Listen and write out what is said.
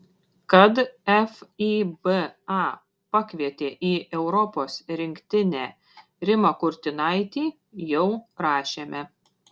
kad fiba pakvietė į europos rinktinę rimą kurtinaitį jau rašėme